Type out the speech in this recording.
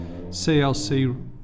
CLC